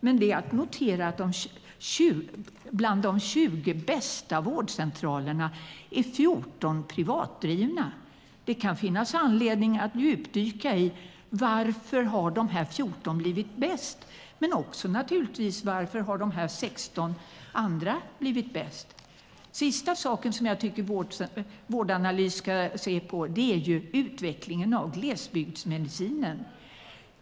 Men det är att notera att bland de 20 bästa vårdcentralerna är 14 privatdrivna. Det kan finnas anledning att djupdyka i varför dessa 14 blivit bäst men också, naturligtvis, varför de 6 andra blivit bäst. Den sista saken som jag tycker att Vårdanalys ska se på är utvecklingen av glesbygdsmedicinen.